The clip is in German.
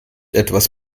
etwas